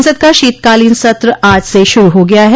संसद का शीतकालीन सत्र आज स शुरू हो गया है